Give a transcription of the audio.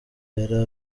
yari